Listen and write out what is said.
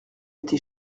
été